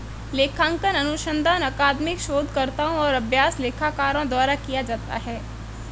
लेखांकन अनुसंधान अकादमिक शोधकर्ताओं और अभ्यास लेखाकारों द्वारा किया जाता है